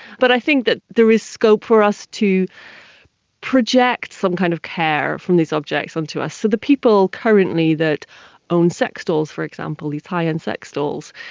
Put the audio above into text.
but i think there is scope for us to project some kind of care from these objects onto us. so the people currently that own sex dolls, for example, these high-end sex dolls,